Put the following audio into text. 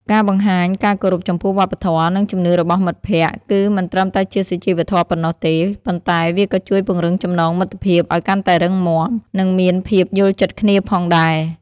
ការបង្ហាញការគោរពចំពោះវប្បធម៌ និងជំនឿរបស់មិត្តភក្តិ គឺមិនត្រឹមតែជាសុជីវធម៌ប៉ុណ្ណោះទេ ប៉ុន្តែវាក៏ជួយពង្រឹងចំណងមិត្តភាពឲ្យកាន់តែរឹងមាំ និងមានភាពយល់ចិត្តគ្នាផងដែរ។